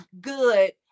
good